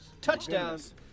Touchdowns